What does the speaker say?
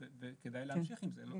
שבהמשך